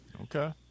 Okay